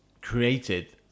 created